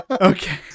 okay